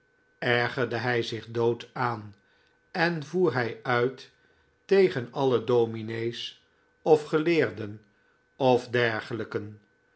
ergerde hij zich dood aan en voer hij uit tegen alle dominees of geleerden of dergelijken